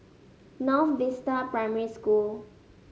North Vista Primary School